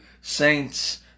saints